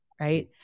right